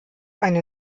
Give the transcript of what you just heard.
eine